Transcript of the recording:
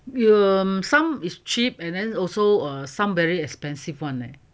um some is cheap and then also err some very expensive one leh